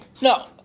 No